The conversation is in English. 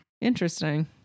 Interesting